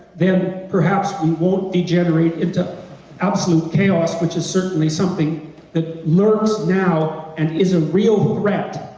then perhaps we won't degenerate into absolute chaos which is certainly something that lurks now and is a real threat,